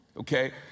okay